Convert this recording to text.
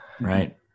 right